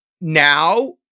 now